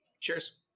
Cheers